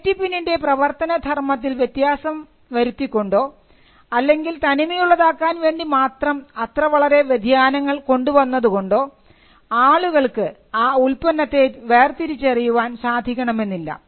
safety പിന്നിൻറെ പ്രവർത്തന ധർമ്മത്തിൽ വ്യത്യാസം വരുത്തിക്കൊണ്ടോ അല്ലെങ്കിൽ തനിമയുള്ളതാക്കാൻ വേണ്ടി മാത്രം അത്ര വളരെ വ്യതിയാനങ്ങൾ കൊണ്ടുവന്നതു കൊണ്ടോ ആളുകൾക്ക് ആ ഉൽപ്പന്നത്തെ വേർതിരിച്ചറിയാൻ സാധിക്കണമെന്നില്ല